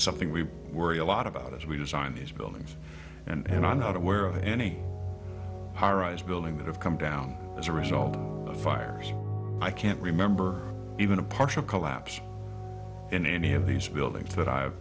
something we worry a lot about as we design these buildings and i'm not aware of any high rise buildings that have come down as a result of fires i can't remember even a partial collapse in any of these buildings that i've